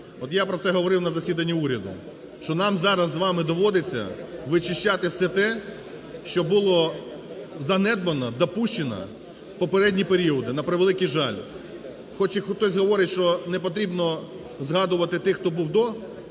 От я про це говорив на засіданні уряду, що нам зараз з вами доводиться вичищати все те, що було занедбано, допущено в попередні періоди, на превеликий жаль. Хоч хтось і говорить, що не потрібно згадувати тих, хто був,